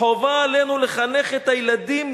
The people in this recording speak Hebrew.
"חובה עלינו לחנך את הילדים